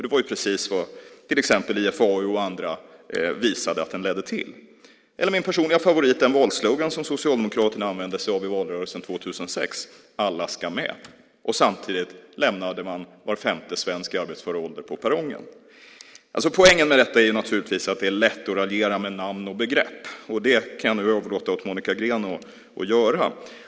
Det var precis vad IFAU och andra visade att den ledde till. Min personliga favorit är den valslogan som Socialdemokraterna använde sig av i valrörelsen 2006: Alla ska med. Samtidigt lämnade man var femte svensk i arbetsför ålder på perrongen. Poängen med detta är naturligtvis att det är lätt att raljera över namn och begrepp. Det kan jag nu överlåta åt Monica Green att göra.